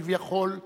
כביכול,